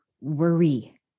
worry